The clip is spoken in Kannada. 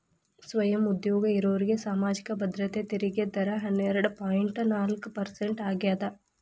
ಸ್ವಯಂ ಉದ್ಯೋಗ ಇರೋರ್ಗಿ ಸಾಮಾಜಿಕ ಭದ್ರತೆ ತೆರಿಗೆ ದರ ಹನ್ನೆರಡ್ ಪಾಯಿಂಟ್ ನಾಲ್ಕ್ ಪರ್ಸೆಂಟ್ ಆಗ್ಯಾದ